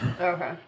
Okay